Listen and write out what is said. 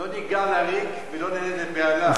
לא ניגע לריק ולא נלד לבהלה.